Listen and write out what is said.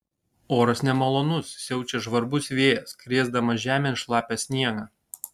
oras nemalonus siaučia žvarbus vėjas krėsdamas žemėn šlapią sniegą